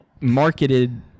marketed